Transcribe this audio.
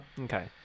Okay